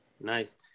Nice